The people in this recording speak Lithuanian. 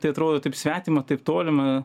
tai atrodo taip svetima taip tolima